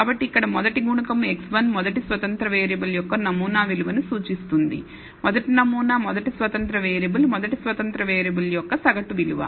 కాబట్టి ఇక్కడ మొదటి గుణకం x1 మొదటి స్వతంత్ర వేరియబుల్ యొక్క నమూనా విలువను సూచిస్తుంది మొదటి నమూనా మొదటి స్వతంత్ర వేరియబుల్ మొదటి స్వతంత్ర వేరియబుల్ యొక్క సగటు విలువ